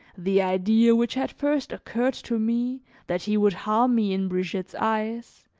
the idea which had first occurred to me that he would harm me in brigitte's eyes,